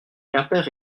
quimper